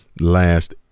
last